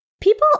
People